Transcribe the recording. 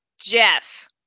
Jeff